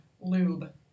Lube